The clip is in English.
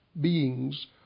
beings